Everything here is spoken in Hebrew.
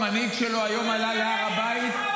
המנהיג שלו עלה היום להר הבית -- אבל הוא